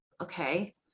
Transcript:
okay